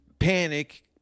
Panic